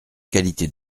qualité